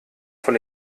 von